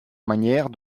manière